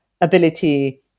ability